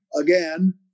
Again